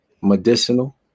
medicinal